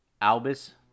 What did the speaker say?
Albus